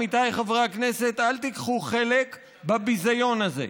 עמיתיי חברי כנסת: אל תיקחו חלק בביזיון הזה.